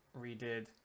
redid